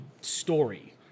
story